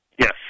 Yes